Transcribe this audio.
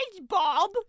Bob